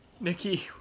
Nikki